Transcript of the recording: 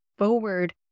Forward